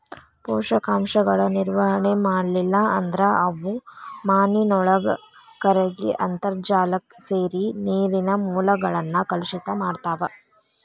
ಪೋಷಕಾಂಶಗಳ ನಿರ್ವಹಣೆ ಮಾಡ್ಲಿಲ್ಲ ಅಂದ್ರ ಅವು ಮಾನಿನೊಳಗ ಕರಗಿ ಅಂತರ್ಜಾಲಕ್ಕ ಸೇರಿ ನೇರಿನ ಮೂಲಗಳನ್ನ ಕಲುಷಿತ ಮಾಡ್ತಾವ